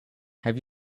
have